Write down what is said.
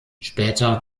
später